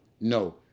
No